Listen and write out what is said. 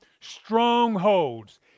strongholds